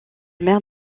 mère